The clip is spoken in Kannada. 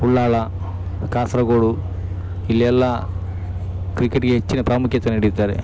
ಉಳ್ಳಾಲ ಕಾಸರಗೋಡು ಇಲ್ಲೆಲ್ಲ ಕ್ರಿಕೆಟ್ಗೆ ಹೆಚ್ಚಿನ ಪ್ರಾಮುಖ್ಯತೆ ನೀಡಿದ್ದಾರೆ